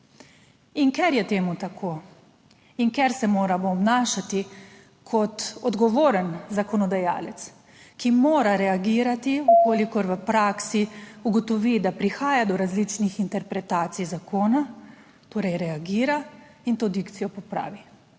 Ker je tako in ker se moramo obnašati kot odgovoren zakonodajalec, ki mora reagirati, če v praksi ugotovi, da prihaja do različnih interpretacij zakona, torej reagira in to dikcijo popravi.